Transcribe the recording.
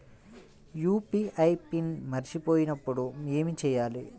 UPI pin మరచిపోయినప్పుడు ఏమి చేయాలి?